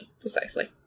precisely